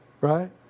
right